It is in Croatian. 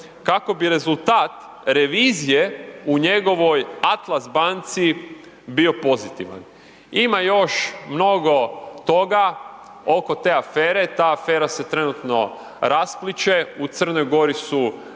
kako bi rezultat revizije u njegovoj Atlas banci bio pozitivan. Ima još mnogo toga oko te afere, ta afera se trenutno raspliće, u Crnoj Gori su